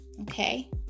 Okay